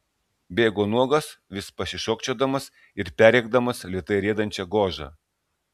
bėgo nuogas vis pasišokčiodamas ir perrėkdamas lėtai riedančią gožą